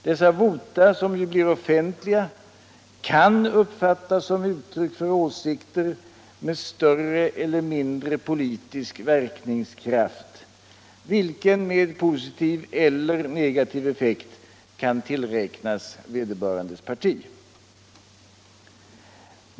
Dessa vota, som ju blir offentliga, kan tas som uttryck för åsikter med större eller mindre politisk verkningskraft, vilken med postitiv eller negativ effekt kan tillräknas vederbörandes parti.